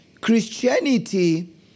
Christianity